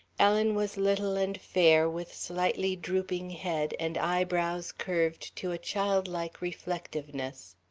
ellen was little and fair, with slightly drooping head, and eyebrows curved to a childlike reflectiveness.